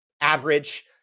average